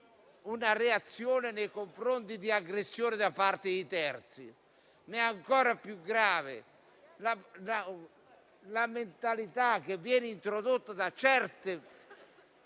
una reazione nei confronti di aggressione da parte di terzi. È ancora più grave la mentalità che viene introdotta da certi